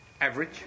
average